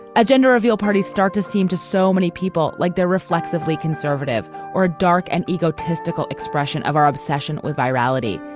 a gender reveal parties start to seem to so many people like their reflexively conservative or dark and egotistical expression of our obsession with a rally.